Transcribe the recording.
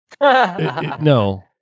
No